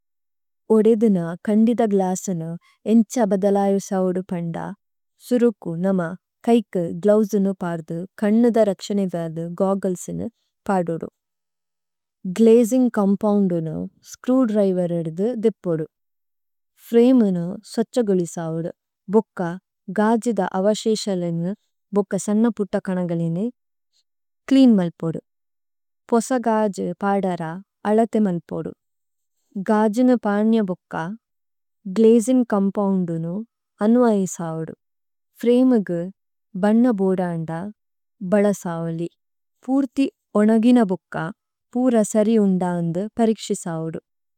ഉഡഇദിന കണഡിദ ഗലാസനി എഞചാ ബദളായിസാഓഡി ബനഡാ, സുരുക്കു നമാ കൈക്കു ഗ്ലോവ്സുന്നു പാര്ദു കണ്ണുത രക്ഷണെ വേര്ദു ഗോഗള്സുന്നു പാഡുഡു। ഗ്ലേജിം കംപാംഡുന്നു സ്ക്രൂ ഡ്രൈവര് ഇഡുതു ദിപ്പൊഡു। ഫ്രേമനു സ്വച്ചഗൊളിസാവുദു। ബൊക്ക ഗാജിദ അവശേഷലുന്നു ഒക്ക സന്ന പുട്ട കണഗളുന്നു ക്ലിയിന്നു മല്പൊഡു। പൊസഗാജു പാഡാരാ അളതെ മല്പൊഡു। ഗാജിന പാഡ്നിയ ബുക്ക ഗ്ലേജിന കംപാഉന്നു അന്വായിസാവുദു। ഫ്രേമഗു ബന്ന ബൊഡാന്ന ബളസാവലി। പൂര്തി ഉണഗിന ബുക്ക പൂരസരി ഉണ്ഡാന്നു പരിക്ഷിസാവുദു।